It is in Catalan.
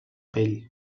pell